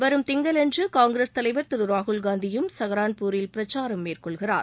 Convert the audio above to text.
வரும் திங்களன்று காங்கிரஸ் தலைவர் திரு ராகுல்காந்தியும் சகரான்பூரில் பிரக்காரம் மேற்கொள்கிறார்